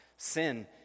sin